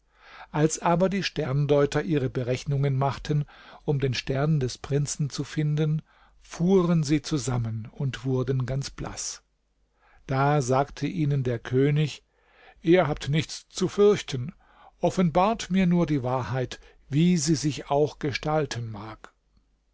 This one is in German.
als aber die sterndeuter ihre berechnungen machten um den stern des prinzen zu finden fuhren sie zusammen und wurden ganz blaß da sagte ihnen der könig ihr habt nichts zu fürchten offenbart mir nur die wahrheit wie sie sich auch gestalten mag